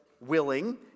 willing